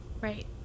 Right